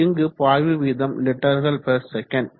இங்கு பாய்வு வீதம் லிட்டர்கள் பெர் செகண்ட்